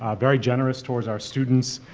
ah very generous towards our students,